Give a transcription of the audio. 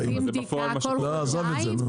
עזוב את זה.